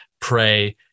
pray